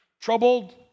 troubled